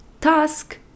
task